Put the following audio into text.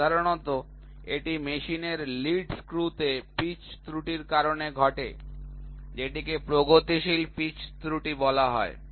সাধারণত এটি মেশিনের লিড স্ক্রুতে পিচ ত্রুটির কারণে ঘটে থাকে যেটিকে প্রগতিশীল পিচ ত্রুটি বলা হয়